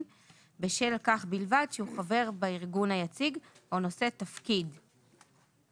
בשל כך בלבד שהוא חבר בארגון היציג או נושא תפקיד בארגון.